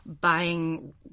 buying